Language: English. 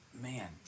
man